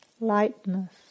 lightness